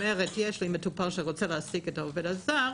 אומרת: יש לי מטופל שרוצה להעסיק את העובד הזר.